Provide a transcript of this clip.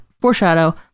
foreshadow